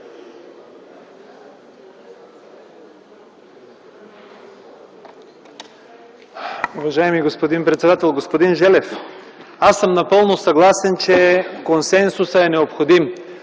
Уважаеми господин председател, господин Желев! Аз съм напълно съгласен, че консенсусът е необходим.